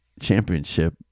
championship